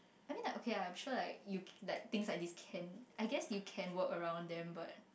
I mean like okay lah I'm sure like you like things like this can I guess you can you can work around them but